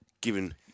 given